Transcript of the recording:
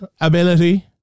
ability